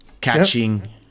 Catching